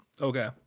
Okay